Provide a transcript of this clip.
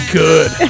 good